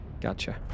Gotcha